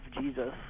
Jesus